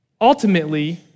Ultimately